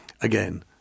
again